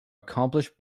accomplished